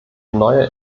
neue